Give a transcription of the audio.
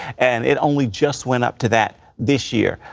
and it only just went up to that this year.